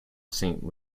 saint